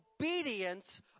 obedience